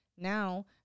Now